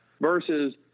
Versus